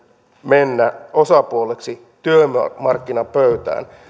mennä osapuoleksi työmarkkinapöytään